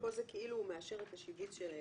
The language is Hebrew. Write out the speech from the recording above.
כאן זה כאילו הוא מאשר את השיבוץ של הילד.